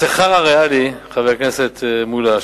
חבר הכנסת מולה,